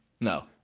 no